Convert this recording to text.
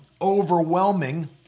overwhelming